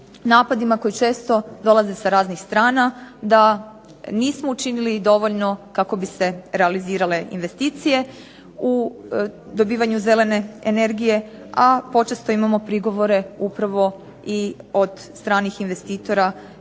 napadima koji često dolaze sa raznih strana da nismo učinili dovoljno kako bi se realizirale investicije u dobivanju zelene energije, a počesto imamo prigovore upravo i od stranih investitora